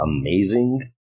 amazing